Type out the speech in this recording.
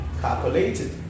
calculated